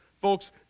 Folks